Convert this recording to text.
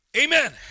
Amen